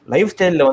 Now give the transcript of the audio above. Lifestyle